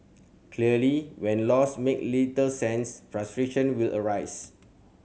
clearly when laws make little sense frustration will arise